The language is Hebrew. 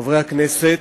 חברי הכנסת,